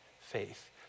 faith